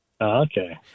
Okay